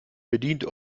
bedient